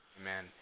Amen